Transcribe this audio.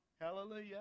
hallelujah